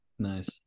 Nice